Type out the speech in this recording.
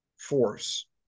force